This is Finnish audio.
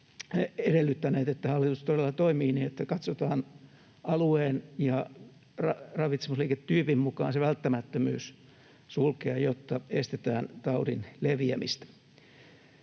edellyttäneet, että hallitus todella toimii niin, että katsotaan alueen ja ravitsemusliiketyypin mukaan se välttämättömyys sulkea, jotta estetään taudin leviämistä.